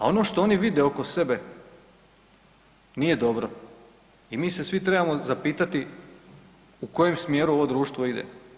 A ono što oni vide oko sebe nije dobro i mi se svi trebamo zapitati u koje smjeru ovo društvo ide.